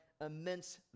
immense